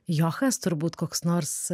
johas turbūt koks nors